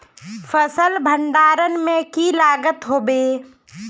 फसल भण्डारण में की लगत होबे?